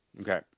okay